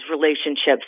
relationships